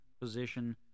position